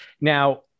now